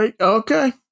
Okay